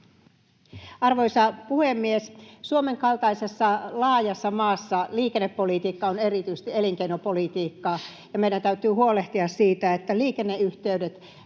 Arvoisa puhemies! Suomen kaltaisessa laajassa maassa liikennepolitiikka on erityisesti elinkeinopolitiikkaa, ja meidän täytyy huolehtia siitä, että liikenneyhteydet